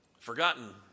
Forgotten